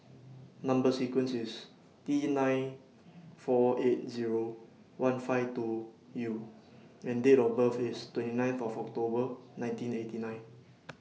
Number sequence IS T nine four eight Zero one five two U and Date of birth IS twenty nine For October nineteen eighty nine